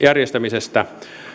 järjestämisestä